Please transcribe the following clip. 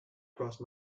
crossed